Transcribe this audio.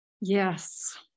Yes